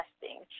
testing